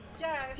Yes